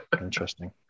interesting